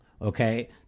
Okay